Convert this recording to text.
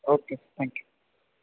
okay thank you